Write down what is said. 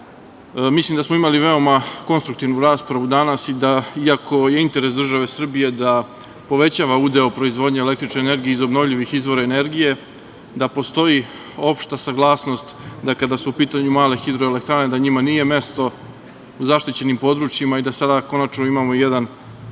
da smo imali veoma konstruktivnu raspravu danas i da i ako je interes države Srbije da povećava udeo proizvodnje električne energije iz obnovljivih izvora energije da postoji opšta saglasnost da kada su u pitanju male hidroelektrane da njima nije mesto u zaštićenim područjima i da sada konačno imamo jedan